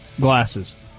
glasses